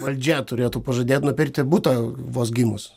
valdžia turėtų pažadėt nupirkti butą vos gimus